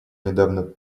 недавно